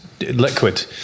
liquid